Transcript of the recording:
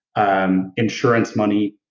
um insurance money,